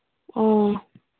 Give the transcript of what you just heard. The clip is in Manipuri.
ꯑꯥ